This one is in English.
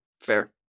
Fair